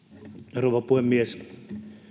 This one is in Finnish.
rouva puhemies